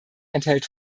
enthält